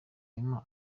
emma